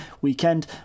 weekend